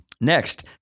Next